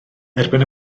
erbyn